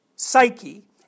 Psyche